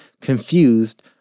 confused